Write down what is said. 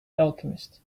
alchemist